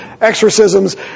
exorcisms